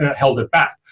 held it back.